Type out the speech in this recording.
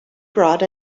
brought